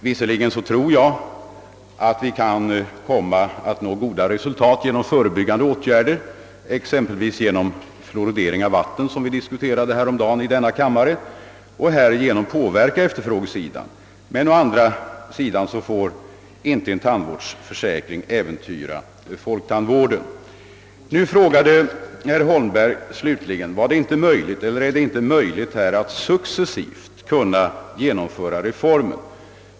Visserligen tror jag att vi kan komma att nå goda resultat genom förebyggande åtgärder — exempelvis genom fluoridering av vatten, som vi diskuterade häromdagen i denna kammare — och härigenom påverka efterfrågesidan, men en tandvårdsförsäkring får dock inte äventyra folktandvården. Herr Holmberg frågade slutligen om det inte är möjligt att successivt genomföra reformen.